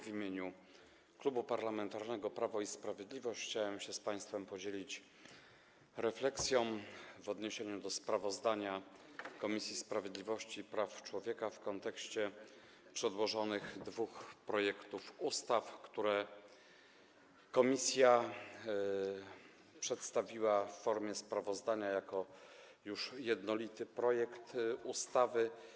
W imieniu Klubu Parlamentarnego Prawo i Sprawiedliwość chciałem się z państwem podzielić refleksją na temat sprawozdania Komisji Sprawiedliwości i Praw Człowieka w kontekście przedłożonych dwóch projektów ustaw, które komisja przedstawiła w formie sprawozdania już jako jednolity projekt ustawy.